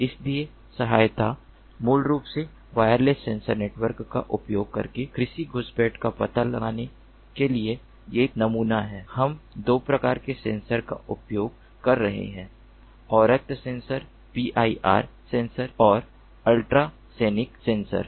इसलिए सहायता मूल रूप से वायरलेस सेंसर नेटवर्क का उपयोग करके कृषि घुसपैठ का पता लगाने के लिए एक नमूना है हम 2 प्रकार के सेंसर का उपयोग कर रहे हैं अवरक्त सेंसर PIR सेंसर और अल्ट्रासोनिक सेंसर